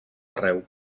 arreu